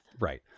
Right